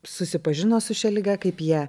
susipažino su šia liga kaip jie